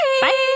Bye